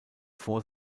vor